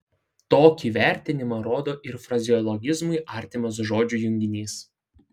tokį vertinimą rodo ir frazeologizmui artimas žodžių junginys